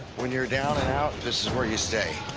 when you're down and out, this is where you stay.